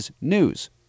news